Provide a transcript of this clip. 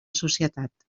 societat